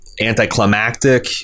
anticlimactic